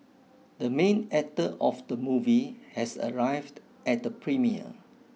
the main actor of the movie has arrived at the premiere